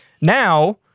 now